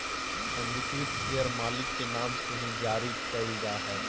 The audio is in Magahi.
पंजीकृत शेयर मालिक के नाम से ही जारी क़इल जा हइ